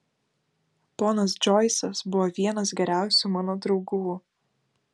ponas džoisas buvo vienas geriausių mano draugų